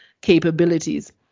capabilities